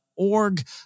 org